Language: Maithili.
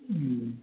हूँ